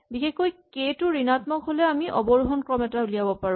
বিশেষকৈ কে টো ঋণাত্মক হ'লে আমি অৱৰোহন ক্ৰম এটা উলিয়াব পাৰো